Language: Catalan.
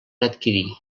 adquirir